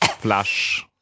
flash